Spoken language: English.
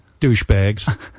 douchebags